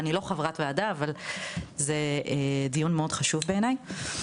אני לא חברת וועדה אבל זה דיון מאוד חשוב בעיניי.